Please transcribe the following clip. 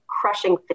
crushing